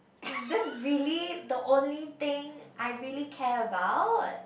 that's really the only thing I really care about